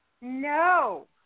No